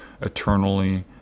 eternally